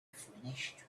finished